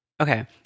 okay